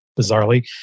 bizarrely